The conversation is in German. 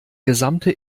gesamte